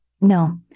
no